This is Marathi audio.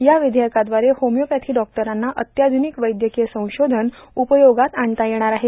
या विधेयकाद्वारा होमिओपॅथी डॉक्टरांना अत्याधुनिक वैद्यकीय संशोधन उपयोगात आणता येणार आहे